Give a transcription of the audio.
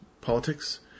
politics